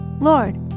Lord